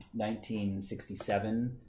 1967